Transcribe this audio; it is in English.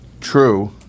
true